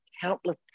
countless